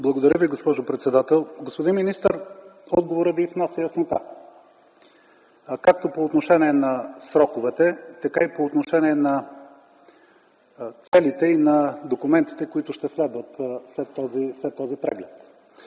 Благодаря Ви, госпожо председател. Господин министър, отговорът Ви внася яснота както по отношение на сроковете, така и по отношение на целите и документите, които ще следват след този преглед.